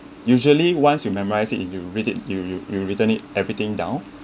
usually once you memorize it y~ you read it you you you written it everything down